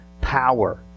power